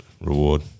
reward